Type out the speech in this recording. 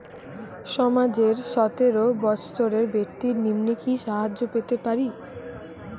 সমাজের সতেরো বৎসরের ব্যাক্তির নিম্নে কি সাহায্য পেতে পারে?